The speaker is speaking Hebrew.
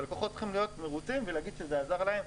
הלקוחות צריכים להיות מרוצים ולהגיד שזה עזר להם.